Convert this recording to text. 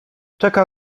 czeka